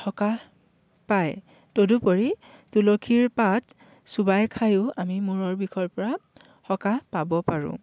সকাহ পায় তদুপৰি তুলসীৰ পাত চোবাই খাইও আমি মূৰৰ বিষৰ পৰা সকাহ পাব পাৰোঁ